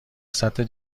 سطح